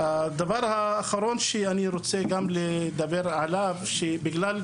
הדבר האחרון שאני רוצה גם לדבר עליו שבגלל,